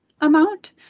amount